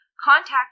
Contact